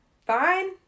fine